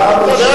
לטובתו,